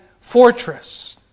fortress